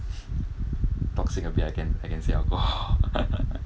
toxic a bit I can I can say alcohol